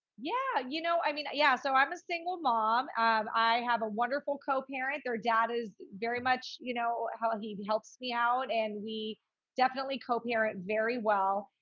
yeah. you know, i mean, yeah, so i'm a single mom. i have a wonderful co-parent. their dad is very much, you know, how he he helps me out and we definitely co-parent very well.